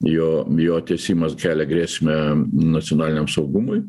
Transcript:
jo jo tęsimas kelia grėsmę nacionaliniam saugumui